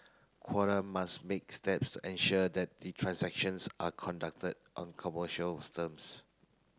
must make steps to ensure that the transactions are conducted on commercials terms